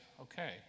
okay